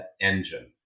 engine